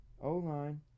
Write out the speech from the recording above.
O-line